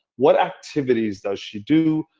what activities does she do?